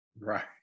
Right